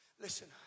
listen